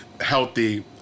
healthy